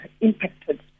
impacted